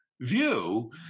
view